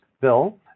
Bill